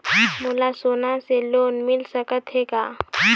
मोला सोना से लोन मिल सकत हे का?